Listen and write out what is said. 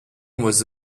was